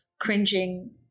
cringing